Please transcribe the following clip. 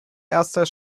erster